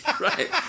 right